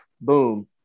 boom